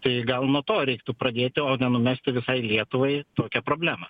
tai gal nuo to reiktų pradėti o nenumesti visai lietuvai tokią problemą